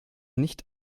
nicht